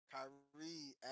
Kyrie